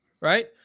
right